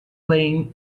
playing